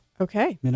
Okay